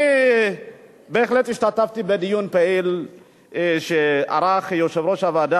אני בהחלט השתתפתי בדיון פעיל שערך יושב-ראש הוועדה,